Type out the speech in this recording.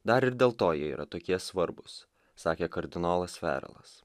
dar ir dėl to jie yra tokie svarbūs sakė kardinolas ferelas